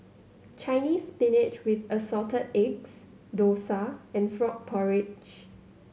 Chinese Spinach with Assorted Eggs dosa and frog porridge